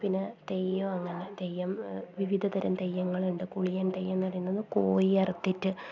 പിന്നെ തെയ്യം അങ്ങനെ തെയ്യം വിവിധതരം തെയ്യങ്ങളുണ്ട് ഗുളിയൻ തെയ്യമെന്ന് പറയുന്നത് കോഴി അറത്തിട്ട്